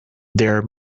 their